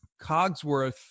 Cogsworth